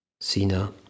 Sina